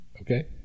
Okay